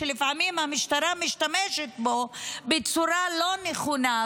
שלפעמים המשטרה משתמשת בו בצורה לא נכונה,